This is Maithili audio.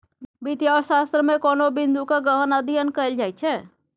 वित्तीय अर्थशास्त्रमे कोनो बिंदूक गहन अध्ययन कएल जाइत छै